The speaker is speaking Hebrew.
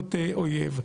מארצות אויב.